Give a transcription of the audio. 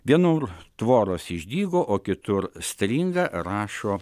vienur tvoros išdygo o kitur stringa rašo